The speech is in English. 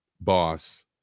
boss